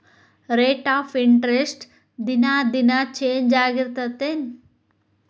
rate of interest ದಿನಾ ದಿನಾ change ಆಗ್ತಿರತ್ತೆನ್